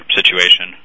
situation